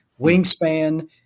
wingspan